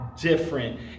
Different